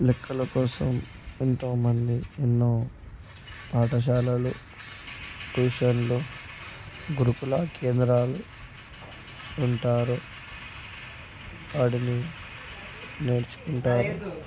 లెక్కల కోసం ఎంతో మంది ఎన్నో పాఠశాలలు ట్యూషన్లు గురుకుల కేంద్రాలు ఉంటారు వాటిని నేర్చుకుంటారు